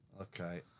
Okay